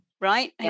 right